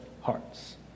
hearts